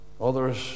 Others